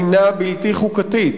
הינה בלתי חוקתית,